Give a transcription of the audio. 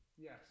Yes